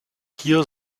hier